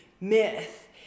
myth